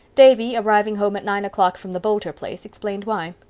davy, arriving home at nine o'clock from the boulter place, explained why.